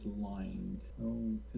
lying